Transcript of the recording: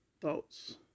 thoughts